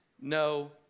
no